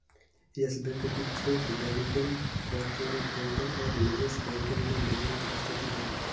yes Bank की थोक banking, corporate banking और निवेश बैंकिंग में मजबूत उपस्थिति है